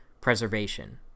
preservation